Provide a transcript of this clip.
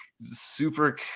super